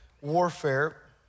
warfare